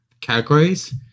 categories